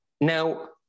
Now